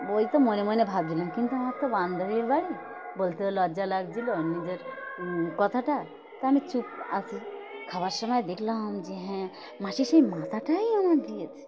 বই তো মনে মনে ভাবছিলাম কিন্তু আমার তো বান্ধরীর বাড়ি বলতে লজ্জা লাগছিল নিজের কথাটা তো আমি চুপ আছি খাবার সময় দেখলাম যে হ্যাঁ মাসি সেই মাথাটাই আমার দিয়েছে